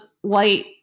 white